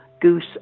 goose